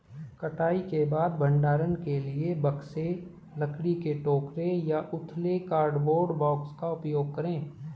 कटाई के बाद भंडारण के लिए बक्से, लकड़ी के टोकरे या उथले कार्डबोर्ड बॉक्स का उपयोग करे